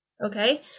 okay